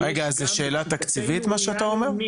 זה שאלה תקציבית מה שאתה אומר?